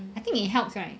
I think it helps right